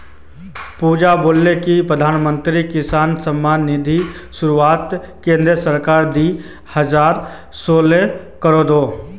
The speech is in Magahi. पुजा बताले कि प्रधानमंत्री किसान सम्मान निधिर शुरुआत केंद्र सरकार दी हजार सोलत कर ले